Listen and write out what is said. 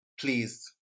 please